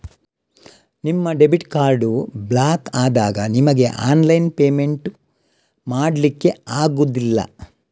ನಿಮ್ಮ debit card block ಆದಾಗ ನಿಮಿಗೆ ಆನ್ಲೈನ್ ಪೇಮೆಂಟ್ ಮಾಡ್ಲಿಕ್ಕೆ ಆಗುದಿಲ್ಲ